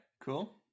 Cool